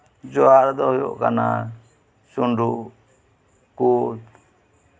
ᱡᱚᱣᱟᱜ ᱨᱮ ᱫᱚ ᱦᱩᱭᱭᱜ ᱠᱟᱱᱟ ᱪᱩᱰᱩ ᱠᱩᱫ